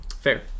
Fair